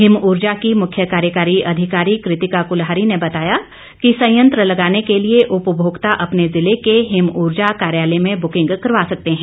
हिमऊर्जा की मुख्य कार्यकारी अधिकारी कृतिका कृलहरी ने बताया कि संयंत्र लगाने के लिए उपमोक्ता अपने जिले के हिम ऊर्जा कार्यालय में बुकिंग करवा सकते हैं